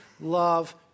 love